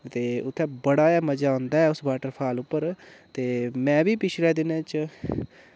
ते उत्थै बड़ा ही मजा औंदा ऐ उस वाटरफाल उप्पर ते में बी पिछले दिने च